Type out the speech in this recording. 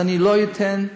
אז לא אתן.